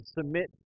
submit